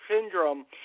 syndrome